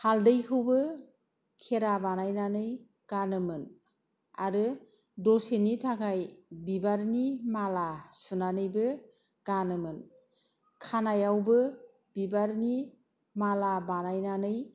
हाल्दैखौबो खेरा बानायनानै गानोमोन आरो दसेनि थाखाय बिबारनि माला सुनानैबो गानोमोन खानायावबो बिबारनि माला बानायनानै